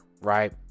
right